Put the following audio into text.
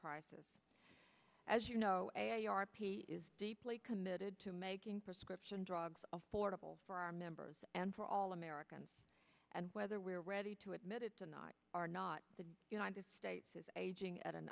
prices as you know a a r p is deeply committed to making prescription drugs affordable for our members and for all americans and whether we're ready to admit it tonight are not the united states is aging at an